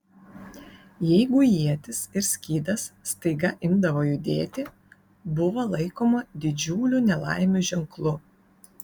jeigu ietis ir skydas staiga imdavo judėti buvo laikoma didžiulių nelaimių ženklu